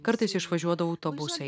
kartais išvažiuodavo autobusai